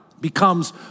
becomes